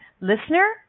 listener